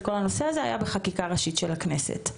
כל הנושא הזה הוא חקיקה ראשית של הכנסת.